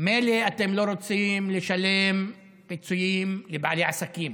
מילא אתם לא רוצים לשלם פיצויים לבעלי עסקים